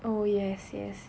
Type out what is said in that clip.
oh yes yes